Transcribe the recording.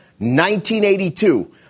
1982